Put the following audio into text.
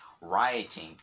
rioting